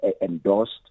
endorsed